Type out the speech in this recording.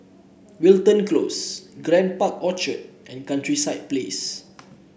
Wilton Close Grand Park Orchard and Countryside Place